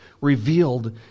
revealed